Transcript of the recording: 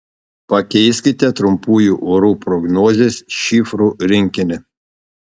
pakeiskite trumpųjų orų prognozės šifrų rinkinį